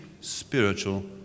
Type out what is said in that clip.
spiritual